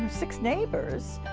um six neighbors,